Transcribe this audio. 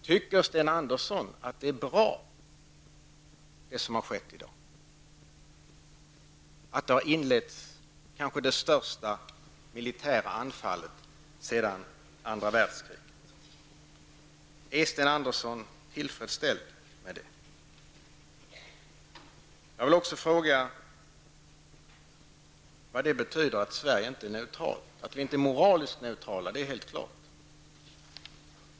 Tycker Sten Andersson att det som har skett i dag är bra, att det kanske största militära anfallet sedan andra världskriget har genomförts? Är Sten Andersson tillfredsställd med detta? Jag vill också fråga vad utrikesministerns uttalande om att Sverige inte är neutralt betyder. Att vi inte är moraliskt neutrala är helt klart.